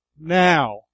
now